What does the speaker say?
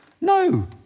No